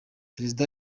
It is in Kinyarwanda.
perezida